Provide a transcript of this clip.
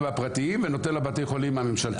הפרטיים ונותן לבתי החולים הממשלתיים.